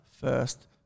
first